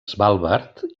svalbard